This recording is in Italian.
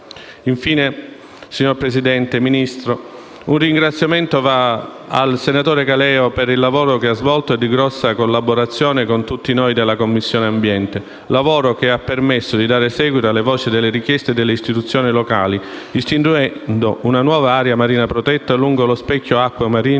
signor Presidente, un ringraziamento va al relatore Caleo, per il lavoro che ha svolto e per la grande collaborazione che ha dato a tutti noi della Commissione ambiente, lavoro che ha permesso di dare seguito e voce alle richieste delle istituzioni locali, istituendo una nuova area marina protetta lungo lo specchio acqueo marino